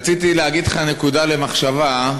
רציתי להגיד לך נקודה למחשבה,